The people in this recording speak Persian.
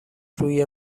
روی